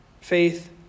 Faith